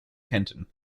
kenton